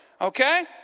okay